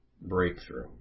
Breakthrough